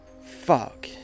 Fuck